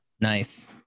nice